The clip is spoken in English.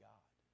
God